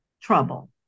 trouble